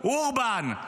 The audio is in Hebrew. אורבן,